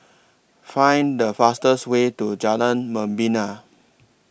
Find The fastest Way to Jalan Membina